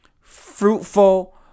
fruitful